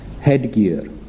headgear